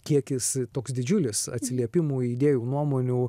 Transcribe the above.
kiekis toks didžiulis atsiliepimų idėjų nuomonių